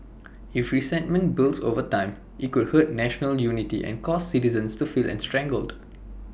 if resentment builds over time IT could hurt national unity and cause citizens to feel estranged